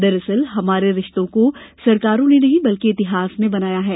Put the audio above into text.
दरअसल हमारे रिश्तों को सरकारों ने नहीं बल्कि इतिहास ने बनाया है